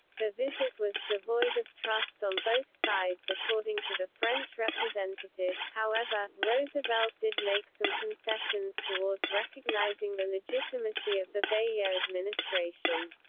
the visit was devoid of trust on both sides according to the french representative, however, roosevelt did make some concessions towards recognising the legitimacy of the bayeux administration.